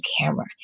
camera